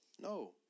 No